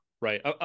right